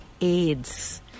aids